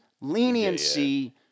leniency